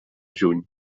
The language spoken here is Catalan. juny